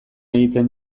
egiten